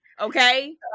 Okay